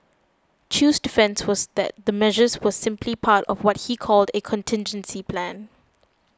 Chew's defence was that the measures were simply part of what he called a contingency plan